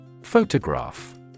Photograph